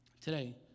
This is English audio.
today